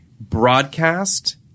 broadcast